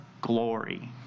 glory